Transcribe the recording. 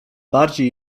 bardziej